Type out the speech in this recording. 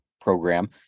program